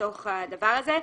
בדבר הזה.